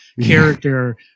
character